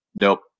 nope